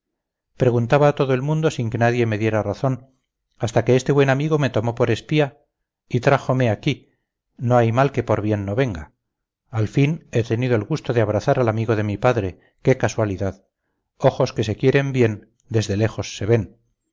preguntaba a todo el mundo sin que nadie me diera razón hasta que este buen amigo me tomó por espía y trájome aquí no hay mal que por bien no venga al fin he tenido el gusto de abrazar al amigo de mi padre qué casualidad ojos que se quieren bien desde lejos se ven